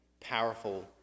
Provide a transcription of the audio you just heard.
powerful